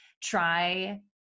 try